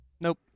Nope